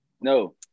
No